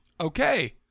Okay